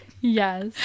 Yes